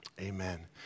Amen